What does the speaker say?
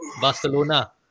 Barcelona